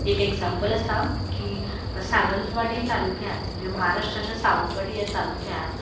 एक एग्जांपल आसा की सावंतवाडी तालुक्यान म्हणजे महाराष्ट्राच्या सावंतवाडी ह्या तालुक्यान